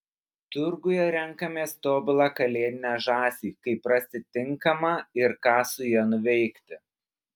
turguje renkamės tobulą kalėdinę žąsį kaip rasti tinkamą ir ką su ja nuveikti